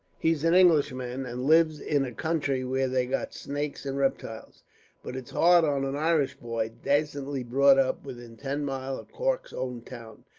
he's an englishman, and lives in a country where they've got snakes and reptiles but it's hard on an irish boy, dacently brought up within ten miles of cork's own town,